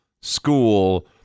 school